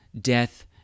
death